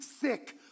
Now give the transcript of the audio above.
sick